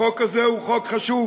החוק הזה הוא חוק חשוב,